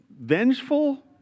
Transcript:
vengeful